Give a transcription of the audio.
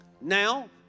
Now